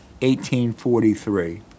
1843